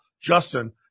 Justin